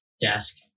desk